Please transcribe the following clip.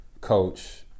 Coach